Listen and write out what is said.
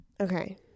Okay